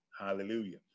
hallelujah